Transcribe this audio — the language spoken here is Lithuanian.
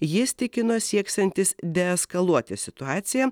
jis tikino sieksiantis deeskaluoti situaciją